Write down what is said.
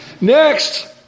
Next